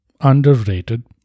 underrated